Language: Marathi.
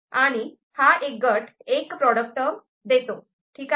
आणि ते एक प्रॉडक्ट टर्म देतात ठीक आहे